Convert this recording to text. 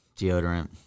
Deodorant